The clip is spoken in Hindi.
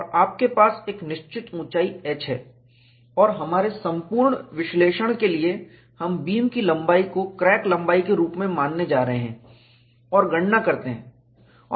और आपके पास एक निश्चित ऊंचाई h हैऔर हमारे संपूर्ण विश्लेषण के लिए हम बीम की लंबाई को क्रैक लंबाई के रूप में मानने जा रहे हैं और गणना करते हैं